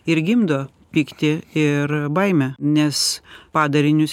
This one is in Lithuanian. ir gimdo pyktį ir baimę nes padarinius